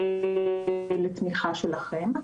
תזכה לתמיכה שלכם.